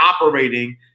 operating